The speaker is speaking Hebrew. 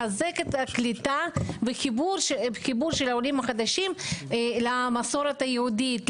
לחזק את הקליטה בחיבור של העולים החדשים למסורת היהודית,